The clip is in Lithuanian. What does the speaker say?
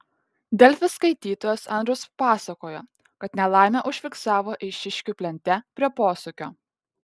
delfi skaitytojas andrius pasakojo kad nelaimę užfiksavo eišiškių plente prie posūkio